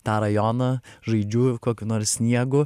tą rajoną žaidžiu kokiu nors sniegu